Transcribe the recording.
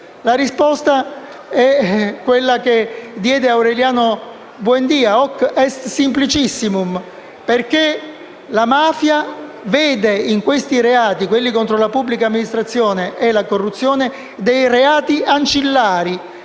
La risposta è quella che diede Aureliano Buendía: «*Hoc est simplicissimum*»: la mafia, infatti, vede nei reati contro la pubblica amministrazione e la corruzione dei reati ancillari.